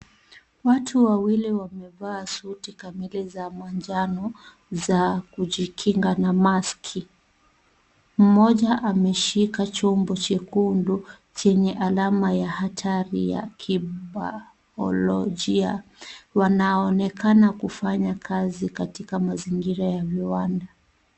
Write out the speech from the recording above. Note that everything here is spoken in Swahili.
Watu wawili wamevaa suti kamili za manjano za kujikinga na maski. Mmoja ameshika chombo chekundu chenye alama ya hatari ya kibayolojia. Wanaonekana kufanya kazi katika mazingira ya viwanda.